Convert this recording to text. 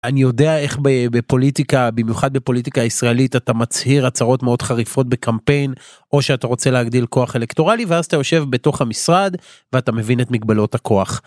אני יודע איך בפוליטיקה, במיוחד בפוליטיקה הישראלית, אתה מצהיר הצרות מאוד חריפות בקמפיין, או שאתה רוצה להגדיל כוח אלקטורלי, ואז אתה יושב בתוך המשרד ואתה מבין את מגבלות הכוח.